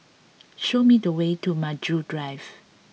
show me the way to Maju Drive